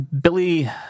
Billy